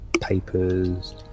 papers